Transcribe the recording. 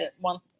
one